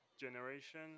generation